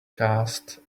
cast